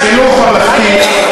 חינוך ממלכתי,